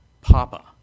papa